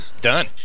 done